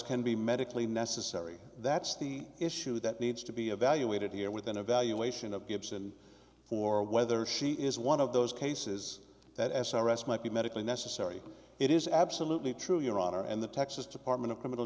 can be medically necessary that's the issue that needs to be evaluated here with an evaluation of gibson or whether she is one of those cases that s r s might be medically necessary it is absolutely true your honor and the texas department of criminal